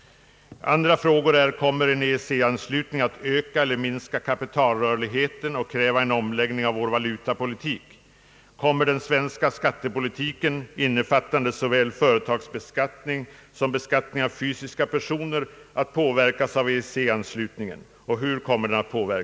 3. Kommer en EEC-anslutning att öka eller minska kapitalrörligheten och kräva en omläggning av vår valutapolitik? 4. Hur kommer den svenska skattepolitiken, innefattande såväl företagsbeskattning som beskattningen av fysiska personer, att påverkas av EEC anslutningen? 5.